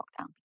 lockdown